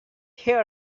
her